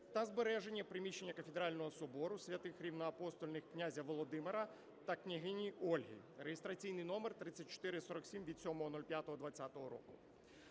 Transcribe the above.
та збереження приміщення Кафедрального собору святих рівноапостольних князя Володимира та княгині Ольги (реєстраційний номер проекту